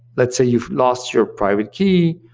let's say you've lost your private key,